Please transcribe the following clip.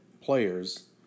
players